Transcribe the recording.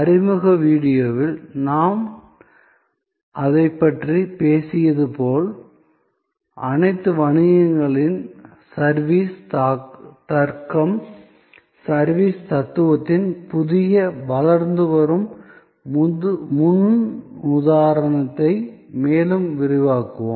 அறிமுக வீடியோவில் நான் அதைப் பற்றி பேசியது போல் அனைத்து வணிகங்களின் சர்விஸ் தர்க்கம் சர்விஸ் தத்துவத்தின் புதிய வளர்ந்து வரும் முன்னுதாரணத்தை மேலும் விரிவாக்குவோம்